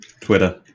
Twitter